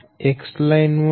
80 છે